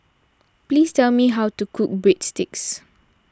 please tell me how to cook Breadsticks